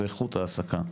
זה איכות העסקה.